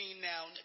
now